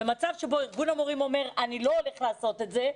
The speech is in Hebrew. במצב שבו ארגון המורים אומר אני לא הולך לעשות את זה,